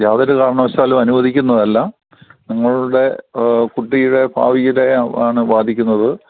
യാതൊരു കാരണവശാലും അനുവദിക്കുന്നതല്ല നിങ്ങളുടെ കുട്ടിയുടെ ഭാവിയുടെ ആണ് ബാധിക്കുന്നത്